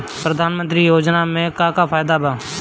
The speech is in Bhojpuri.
प्रधानमंत्री योजना मे का का फायदा बा?